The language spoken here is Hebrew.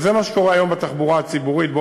וזה מה שקורה היום בתחבורה הציבורית.